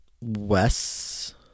Wes